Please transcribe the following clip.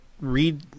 read